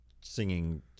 singing